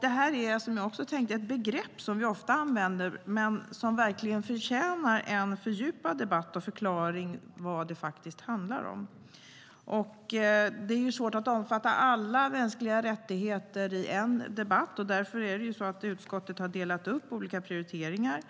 Det här är, som jag också tänkte, ett begrepp som vi ofta använder men som verkligen förtjänar en fördjupad debatt och förklaring till vad det faktiskt handlar om. Det är svårt att omfatta alla mänskliga rättigheter i en debatt, och därför har utskottet delat upp olika prioriteringar.